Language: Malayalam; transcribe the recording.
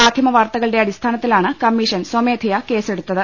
മാധ്യമ വാർത്തകളുടെ അടിസ്ഥാനത്തിലാണ് കമ്മീ ഷൻ സ്വമേധയാ കേസെടുത്തത്